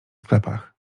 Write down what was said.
sklepach